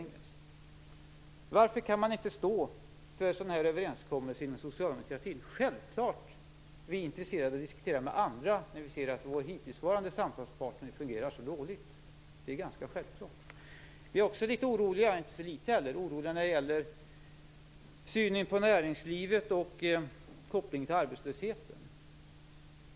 Varför kan inte socialdemokratin stå för sådana här överenskommelser? Självfallet är vi intresserade av att diskutera med andra när vi märker att vår hittillsvarande samtalspartner fungerar så dåligt. Vi är också oroliga, och inte så litet heller, när det gäller synen på näringslivet och kopplingen till arbetslösheten.